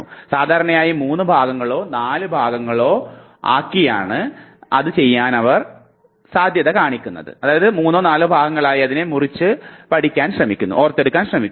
അവർ സാധാരണയായി 3 ഭാഗങ്ങളോ 4 ഭാഗങ്ങളായോ നിർമ്മിക്കുന്നതിനുള്ള ഒരു പ്രവണത കാട്ടുന്നില്ല